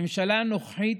הממשלה הנוכחית,